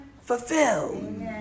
fulfilled